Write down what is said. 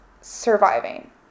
surviving